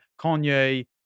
Kanye